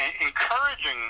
encouraging